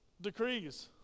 decrees